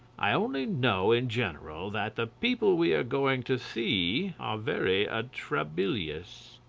i only know in general that the people we are going to see are very atrabilious.